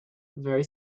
very